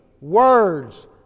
words